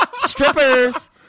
strippers